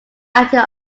acting